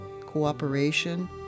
cooperation